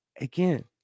Again